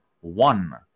one